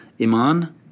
Iman